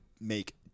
make